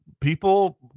people